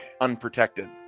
unprotected